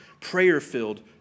prayer-filled